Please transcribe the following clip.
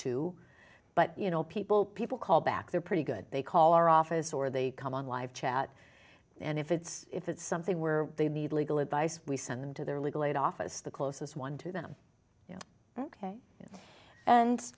too but you know people people call back they're pretty good they call our office or they come on live chat and if it's if it's something where they need legal advice we send them to their legal aid office the closest one to them